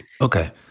Okay